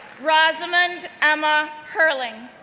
rosamond emma herling,